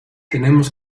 tenemos